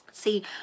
see